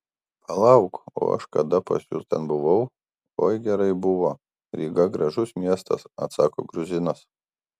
palauk o aš kada pas jus ten buvau oi gerai buvo ryga gražus miestas atsako gruzinas